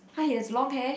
!huh! he has long hair